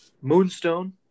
Moonstone